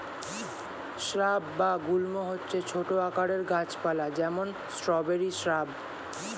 shrub বা গুল্ম হচ্ছে ছোট আকারের গাছ পালা, যেমন স্ট্রবেরি শ্রাব